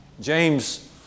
James